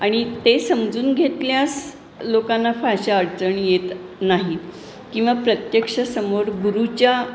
आणि ते समजून घेतल्यास लोकांना फारशा अडचणी येत नाहीत किंवा प्रत्यक्ष समोर गुरुच्या